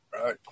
Right